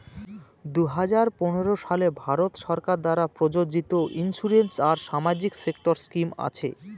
দুই হাজার পনেরো সালে ভারত সরকার দ্বারা প্রযোজিত ইন্সুরেন্স আর সামাজিক সেক্টর স্কিম আছে